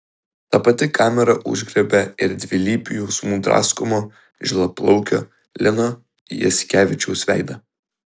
ta pati kamera užgriebė ir dvilypių jausmų draskomo žilaplaukio lino jasikevičiaus veidą